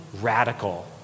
radical